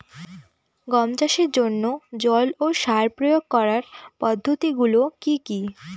গম চাষের জন্যে জল ও সার প্রয়োগ করার পদ্ধতি গুলো কি কী?